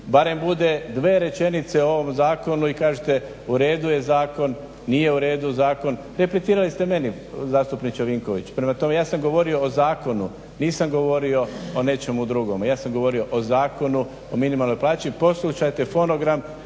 barem bude dvije rečenice o ovom zakonu i kažete u redu je zakon, nije u redu zakon. Replicirali ste meni zastupniče Vinković, prema tome ja sam govorio o zakonu, nisam govorio o nečemu drugom. Ja sam govorio o Zakonu o minimalnoj plaći. Poslušajte fonogram